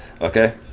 okay